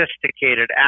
sophisticated